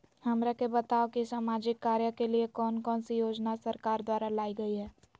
हमरा के बताओ कि सामाजिक कार्य के लिए कौन कौन सी योजना सरकार द्वारा लाई गई है?